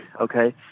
okay